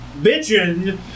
bitching